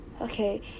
okay